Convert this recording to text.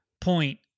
point